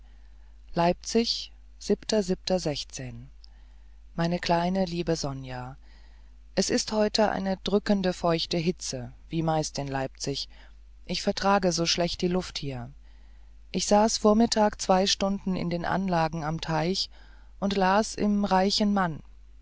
leipzig meine liebe kleine sonja es ist heute eine drückende feuchte hitze wie meist in leipzig ich vertrage so schlecht die luft hier ich saß vormittag zwei stunden in den anlagen am teich und las im reichen mann